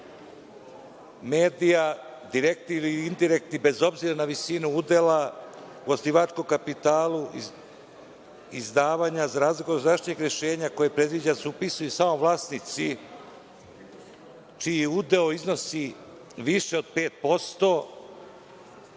medija, direktni ili indirektni, bez obzira na visinu udela u osnivačkom kapitalu, izdavanja, za razliku od različitih rešenja koje predviđaju da se upisuju samo vlasnici čiji udeo iznosi više od 5%,